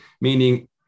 meaning